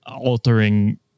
altering